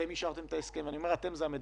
משרד האוצר אישר את ההסכם הזה,